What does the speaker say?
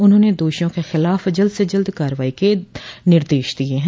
उन्होंने दोषियों के खिलाफ जल्द से जल्द कार्रवाई के निर्देश दिये हैं